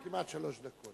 כמעט שלוש דקות.